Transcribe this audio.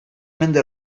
mende